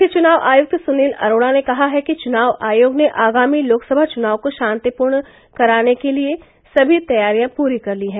मुख्य चुनाव आयक्त सुनील अरोड़ा ने कहा है कि चुनाव आयोग ने आगामी लोकसभा चुनाव को शान्तिपूर्वक कराने के लिये समी तैयारियां पूरी कर ली है